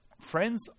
Friends